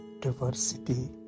diversity